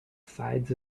sides